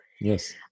Yes